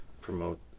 promote